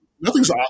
Nothing's